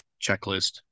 checklist